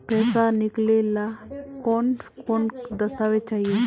पैसा निकले ला कौन कौन दस्तावेज चाहिए?